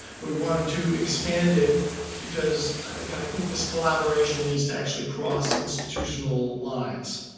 but we wanted to expand it because again i think this collaboration needs to actually cross institutional lines.